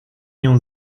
nią